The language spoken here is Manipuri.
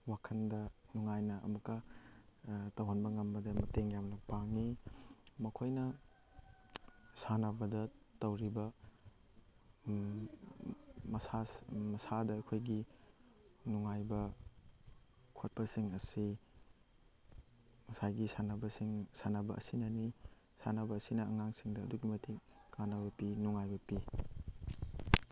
ꯋꯥꯈꯟꯗ ꯅꯨꯡꯉꯥꯏꯅ ꯑꯃꯨꯛꯀ ꯇꯧꯍꯟꯕ ꯉꯝꯕꯗ ꯃꯇꯦꯡ ꯌꯥꯝꯅ ꯄꯥꯡꯉꯤ ꯃꯈꯣꯏꯅ ꯁꯥꯟꯅꯕꯗ ꯇꯧꯔꯤꯕ ꯃꯁꯥꯗ ꯑꯩꯈꯣꯏꯒꯤ ꯅꯨꯡꯉꯥꯏꯕ ꯈꯣꯠꯄꯁꯤꯡ ꯑꯁꯤ ꯉꯁꯥꯏꯒꯤ ꯁꯥꯟꯅꯕꯁꯤꯡ ꯁꯥꯟꯅꯕ ꯑꯁꯤꯅꯅꯤ ꯁꯥꯟꯅꯕ ꯑꯁꯤꯅ ꯑꯉꯥꯡꯁꯤꯡꯗ ꯑꯗꯨꯛꯀꯤ ꯃꯇꯤꯛ ꯀꯥꯅꯕ ꯄꯤ ꯅꯨꯡꯉꯥꯏꯕ ꯄꯤ